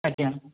ଆଜ୍ଞା